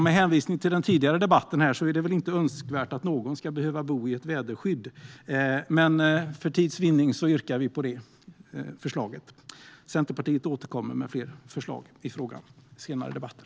Med hänvisning till tidigare debatt är det väl inte önskvärt att någon ska behöva bo i ett väderskydd. Centerpartiet åter kommer med fler förslag i frågan i senare debatter.